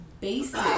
basic